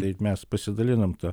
tai juk mes pasidalinam ta